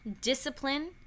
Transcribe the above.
discipline